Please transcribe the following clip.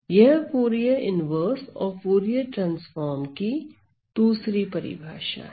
यह Fourier inverse और Fourier transform की दूसरी परिभाषा है